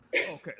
Okay